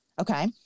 Okay